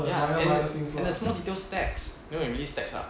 ya and and the small details stacks you know they really stacks up